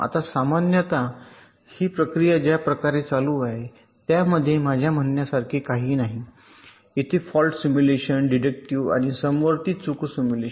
आता सामान्यत ही प्रक्रिया ज्या प्रकारे चालू आहे त्यामध्ये माझ्या म्हणण्यासारखे काहीही नाही येथे फॉल्ट सिम्युलेशन डिडक्टिव आणि समवर्ती चूक सिमुलेशन